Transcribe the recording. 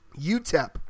UTEP